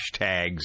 hashtags